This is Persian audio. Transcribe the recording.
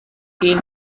این